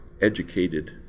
educated